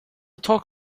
talk